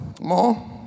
More